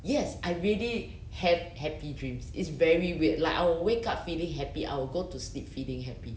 yes I really have happy dreams it's very weird like I'll wake up feeling happy I'll go to sleep feeling happy